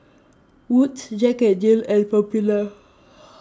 Wood's Jack N Jill and Popular